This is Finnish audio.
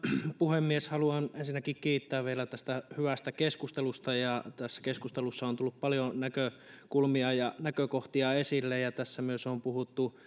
puhemies haluan ensinnäkin kiittää vielä tästä hyvästä keskustelusta tässä keskustelussa on tullut paljon näkökulmia ja näkökohtia esille ja tässä on puhuttu